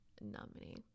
nominee